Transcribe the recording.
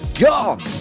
gone